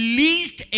least